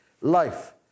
life